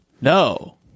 No